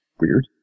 weird